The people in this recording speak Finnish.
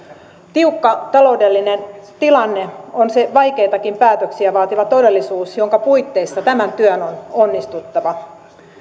tiukka taloudellinen tilanne on se vaikeitakin päätöksiä vaativa todellisuus jonka puitteissa tämän työn on onnistuttava